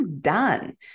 done